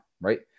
right